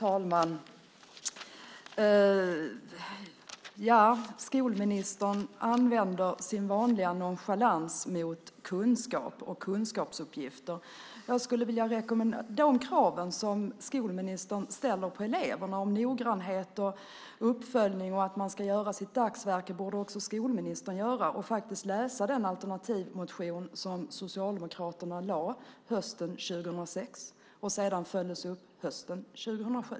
Fru talman! Skolministern använder sin vanliga nonchalans mot kunskap och kunskapsuppgifter. De krav som skolministern ställer på eleverna på noggrannhet, uppföljning och att man ska göra sitt dagsverke borde också skolministern leva upp till. Han borde faktiskt läsa den alternativmotion som Socialdemokraterna lade fram hösten 2006 och som sedan följdes upp hösten 2007.